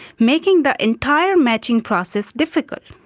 making the entire matching process difficult.